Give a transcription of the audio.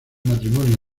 matrimonio